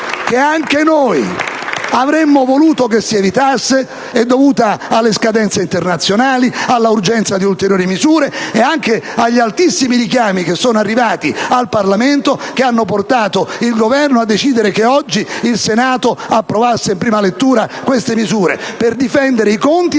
che anche noi avremmo voluto si evitasse, è dovuta alle scadenze internazionali, all'urgenza di assumere ulteriori misure e agli altissimi richiami che sono arrivati al Parlamento, che hanno portato il Governo a decidere che oggi il Senato approvasse in prima lettura queste misure per difendere i conti